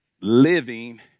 living